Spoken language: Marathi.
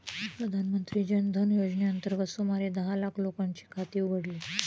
प्रधानमंत्री जन धन योजनेअंतर्गत सुमारे दहा लाख लोकांची खाती उघडली